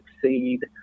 succeed